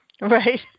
Right